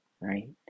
right